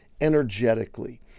energetically